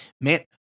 man